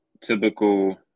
Typical